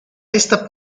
esta